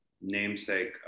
namesake